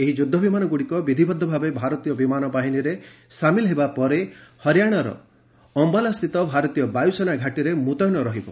ଏହି ଯୁଦ୍ଧବିମାନ ଗୁଡ଼ିକ ବିଧିବଦ୍ଧ ଭାବେ ଭାରତୀୟ ବିମାନ ବାହିନୀରେ ସାମିଲ୍ ହେବା ପରେ ହରିୟାଣାର ଅମ୍ବାଲାସ୍ଥିତ ଭାରତୀୟ ବାୟୁସେନା ଘାଟିରେ ମୁତ୍ୟନ ରହିବ